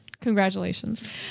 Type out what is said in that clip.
Congratulations